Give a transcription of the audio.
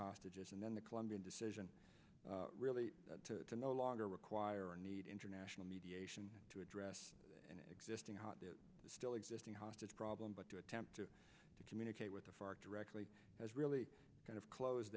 hostages and then the colombian decision really to no longer require need international mediation to address an existing hot still existing hostage problem but to attempt to communicate with the far directly has really kind of close